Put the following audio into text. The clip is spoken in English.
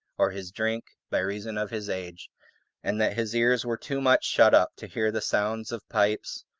or his drink, by reason of his age and that his ears were too much shut up to hear the sound of pipes,